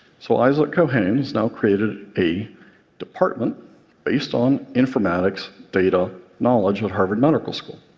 so isaac kohane has now created a department based on informatics, data, knowledge at harvard medical school.